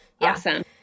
Awesome